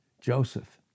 Joseph